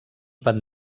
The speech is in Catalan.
van